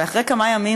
ואחרי כמה ימים,